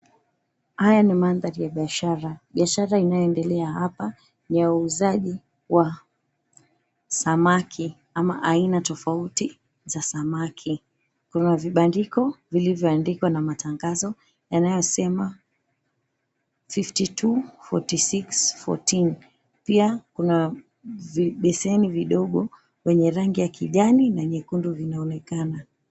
Haya ni mada ya biashara. Biahara inayoendelea hapa ni ya uuzaji wa samaki ama aina tofauti za samaki. Kuna vibandiko vilivyoandikwa na matangazo yanayosema 52, 46,14 Pia kuna vibeseni vidogo vyenye rangi ya kijani na nyekundu vinaonekana.